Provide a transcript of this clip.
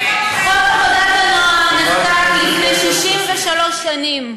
חוק עבודת הנוער נחקק לפני 63 שנים,